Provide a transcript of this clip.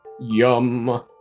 Yum